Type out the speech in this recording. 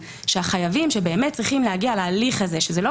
שהחייבים שבאמת צריכים להגיע להליך הזה שזה לא